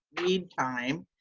read time,